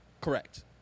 Correct